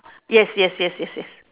yes yes yes yes yes